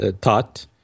taught